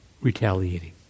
retaliating